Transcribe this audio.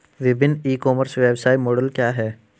विभिन्न e commerce व्यवसाय model क्या हैं?